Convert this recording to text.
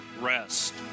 rest